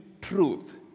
truth